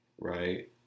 right